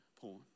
porn